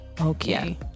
Okay